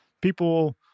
people